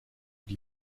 die